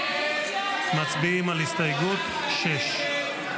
הסתייגות 6 לא